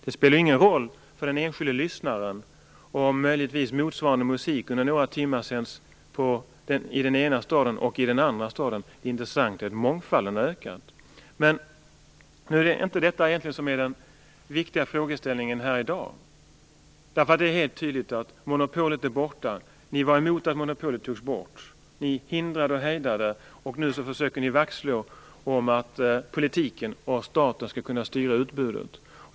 Det spelar ingen roll för den enskilde lyssnaren om möjligtvis musik under några timmar sänds i den ena staden och motsvarande musik sänds i den andra staden. Det intressanta är att mångfalden har ökat. Detta är egentligen inte den viktiga frågan här i dag. Det är ju helt tydligt att monopolet är borta. Ni var emot att monopolet togs bort. Ni hindrade och hejdade det. Nu försöker ni vaktslå att politiken och staten skall kunna styra utbudet.